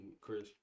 Chris